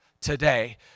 today